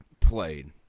played